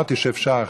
אמרתי שאפשר עכשיו,